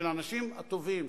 של האנשים הטובים,